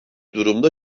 durumda